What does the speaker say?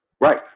Right